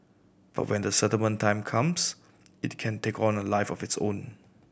but when the settlement time comes it can take on a life of its own